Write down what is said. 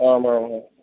ആ ആ ആ